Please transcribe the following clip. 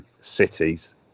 cities